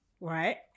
right